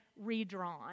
redrawn